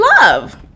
love